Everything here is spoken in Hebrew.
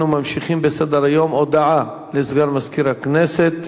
אנחנו ממשיכים בסדר-היום: הודעה לסגן מזכירת הכנסת.